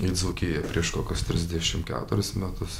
į dzūkiją prieš kokius trisdešim keturis metus